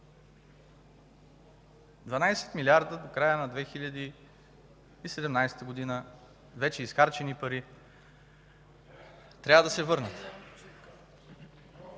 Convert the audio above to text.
12 милиарда до края на 2017 г. – вече изхарчени пари, трябва да се върнат.